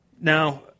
Now